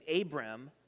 Abram